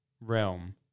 realm